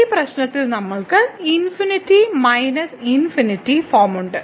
ഈ പ്രശ്നത്തിൽ നമ്മൾക്ക് ∞∞ ഫോം ഉണ്ട്